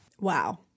Wow